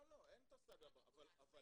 לא, לא, אין את הסאגה, אבל עצם